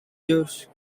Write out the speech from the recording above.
jews